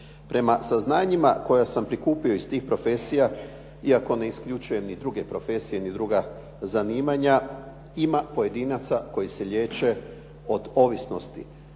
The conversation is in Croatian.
Prema saznanjima koja sam prikupio iz tih profesija iako ne isključujem ni druge profesije ni druga zanimanja ima pojedinaca koja se liječe što